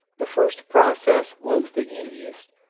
the first process was the easiest,